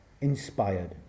inspired